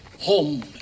home